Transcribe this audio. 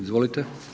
Izvolite.